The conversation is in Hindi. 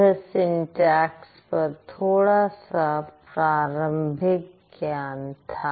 यह सिंटेक्स पर थोड़ा सा प्रारंभिक ज्ञान था